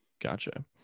gotcha